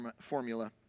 formula